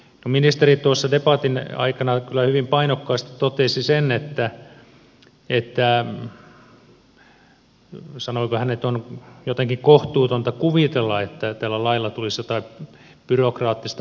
ministeri tuossa debatin aikana kyllä hyvin painokkaasti totesi sen että sanoiko hän on jotenkin kohtuutonta kuvitella että tällä lailla tulisi jotain byrokraattista hallinnollista byrokratiaa